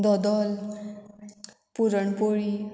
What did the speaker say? दोदोल puran poli